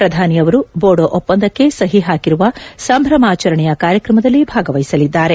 ಪ್ರಧಾನಿ ಅವರು ಬೋಡೋ ಒಪ್ಸಂದಕ್ಕೆ ಸಹಿ ಹಾಕಿರುವ ಸಂಭ್ರಮಾಚರಣೆಯ ಕಾರ್ಯಕ್ರಮದಲ್ಲಿ ಭಾಗವಹಿಸಲಿದ್ದಾರೆ